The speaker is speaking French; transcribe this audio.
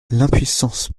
l’impuissance